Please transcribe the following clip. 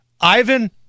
Ivan